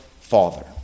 Father